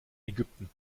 ägypten